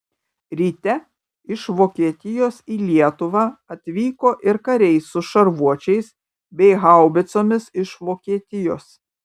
ryte iš vokietijos į lietuvą atvyko ir kariai su šarvuočiais bei haubicomis iš vokietijos